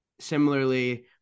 similarly